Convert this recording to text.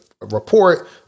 report